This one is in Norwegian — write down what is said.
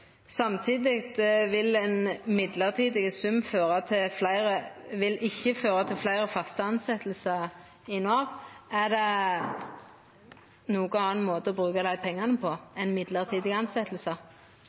Samtidig vil ein mellombels sum ikkje føra til fleire faste tilsettingar i Nav. Er det nokon annan måte å bruka dei pengane